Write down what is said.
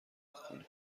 کنیم